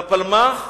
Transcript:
לפלמ"ח,